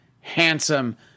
handsome